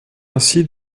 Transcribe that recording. ainsi